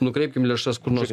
nukreipkim lėšas kur nors